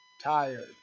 tired